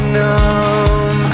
numb